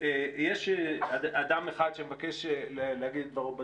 יש אדם אחד שמבקש להגיד את דברו בדיון,